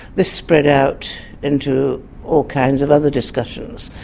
this spread out into all kinds of other discussions.